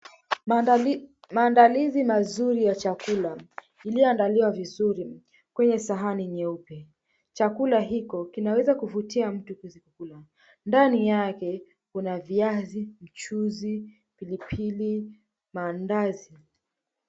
Maandalizi mazuri ya chakula iliyoandaliwa vizuri kwenye sahani nyeupe, chakula hiko kinaweza kuvutia mtu kuweza kukula ndani yake kuna viazi, mchuzi, pilipili, maandazi.